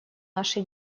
наши